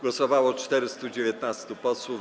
Głosowało 419 posłów.